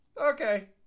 Okay